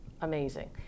amazing